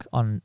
on